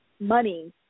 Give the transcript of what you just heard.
Money